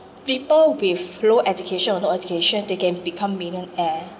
people with low education or no education they can become millionaire